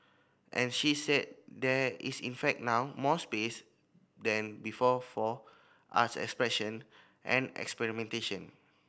and she said there is in fact now more space than before for arts expression and experimentation